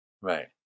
Right